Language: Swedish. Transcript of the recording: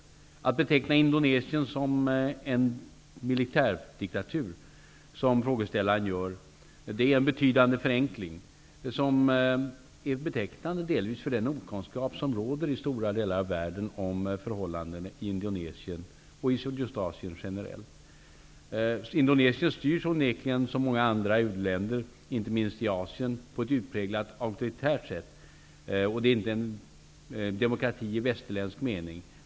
Att som frågeställaren gör beteckna Indonesien som en militärdiktatur är en betydande förenkling, vilket delvis är betecknande för den okunskap som råder i stora delar av världen om förhållandena i Indonesien styrs -- liksom många u-länder, inte minst i Asien -- onekligen på ett utpräglat auktoritärt sätt, och det är inte en demokrati i västerländsk mening.